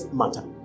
matter